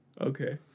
okay